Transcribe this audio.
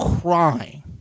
crying